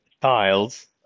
tiles